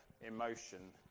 emotion